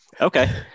okay